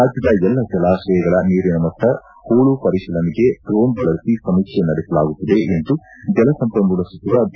ರಾಜ್ಲದ ಎಲ್ಲ ಜಲಾಶಯಗಳ ನೀರಿನ ಮಟ್ಲ ಹೂಳು ಪರಿತೀಲನೆಗೆ ಡ್ರೋಣ್ ಬಳಸಿ ಸಮೀಕ್ಷೆ ನಡೆಸಲಾಗುತ್ತಿದೆ ಎಂದು ಜಲಸಂಪನ್ನೂಲ ಸಚಿವ ಡಿ